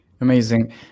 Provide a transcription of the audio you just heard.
Amazing